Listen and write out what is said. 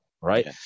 Right